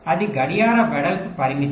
అది గడియార వెడల్పు పరిమితి